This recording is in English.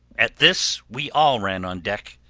at this we all ran on deck,